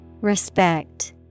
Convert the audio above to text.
Respect